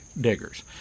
diggers